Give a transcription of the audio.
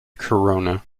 corona